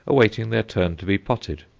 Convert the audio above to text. awaiting their turn to be potted.